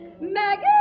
Maggie